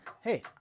hey